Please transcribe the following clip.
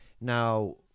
Now